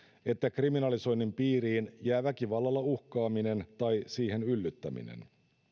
että kriminalisoinnin piiriin jää väkivallalla uhkaaminen tai siihen yllyttäminen